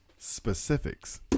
specifics